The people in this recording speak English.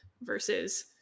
versus